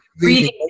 reading